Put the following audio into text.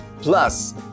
plus